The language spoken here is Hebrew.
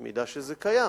במידה שזה קיים,